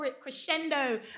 crescendo